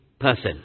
Person